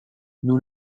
nous